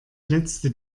letzte